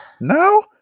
no